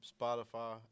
Spotify